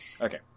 Okay